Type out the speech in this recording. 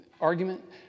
argument